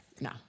No